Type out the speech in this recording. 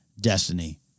destiny